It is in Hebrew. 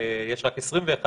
יש רק 1,